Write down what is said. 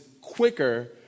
quicker